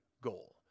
goal